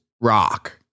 rock